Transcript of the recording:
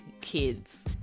kids